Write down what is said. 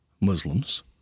Muslims